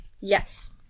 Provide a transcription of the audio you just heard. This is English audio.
Yes